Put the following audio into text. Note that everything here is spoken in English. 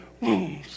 wounds